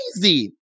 crazy